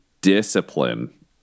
discipline